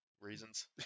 reasons